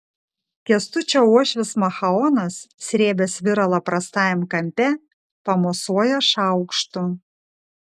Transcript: kęstučio uošvis machaonas srėbęs viralą prastajam kampe pamosuoja šaukštu